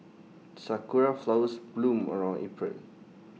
Sakura Flowers bloom around April